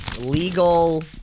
Legal